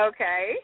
Okay